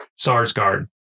sarsgaard